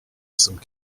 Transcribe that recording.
some